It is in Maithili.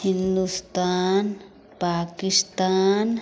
हिंदुस्तान पाकिस्तान